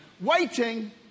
Waiting